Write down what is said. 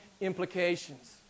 implications